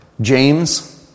James